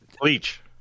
Bleach